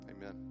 Amen